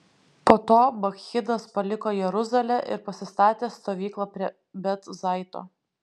po to bakchidas paliko jeruzalę ir pasistatė stovyklą prie bet zaito